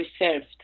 reserved